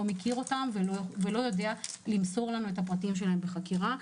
מכיר אותם ולא יודע למסור לנו את הפרטים שלהם בחקירה.